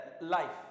life